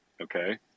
Okay